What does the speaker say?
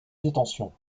détention